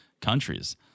countries